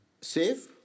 Save